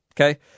okay